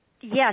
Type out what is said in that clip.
Yes